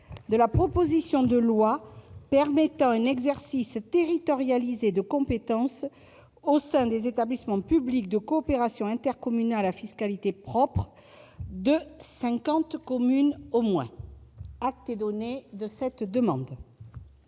de la proposition de loi permettant un exercice territorialisé de compétences au sein des établissements publics de coopération intercommunale à fiscalité propre de cinquante communes au moins. Acte est donné de cette demande.